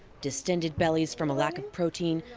distended bellies from a lack of protein,